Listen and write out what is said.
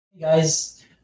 Guys